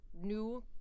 new